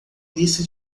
lista